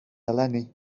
eleni